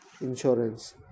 insurance